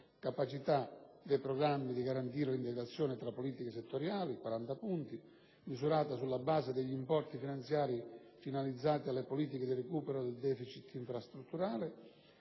capacità dei programmi di garantire l'integrazione tra politiche settoriali (40 punti), misurata sulla base degli importi finanziari finalizzati alle politiche di recupero del *deficit* infrastrutturale;